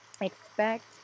expect